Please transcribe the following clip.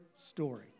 story